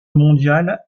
mondial